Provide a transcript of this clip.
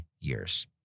years